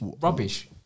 Rubbish